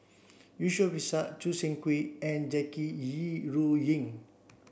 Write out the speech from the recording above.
Yusof Ishak Choo Seng Quee and Jackie Yi Ru Ying